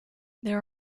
there